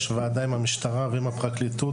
יש ועדה עם המשטרה ועם הפרקליטות,